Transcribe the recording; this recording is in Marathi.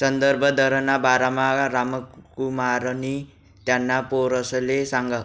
संदर्भ दरना बारामा रामकुमारनी त्याना पोरसले सांगं